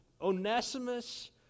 Onesimus